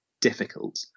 difficult